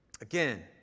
again